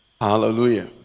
Hallelujah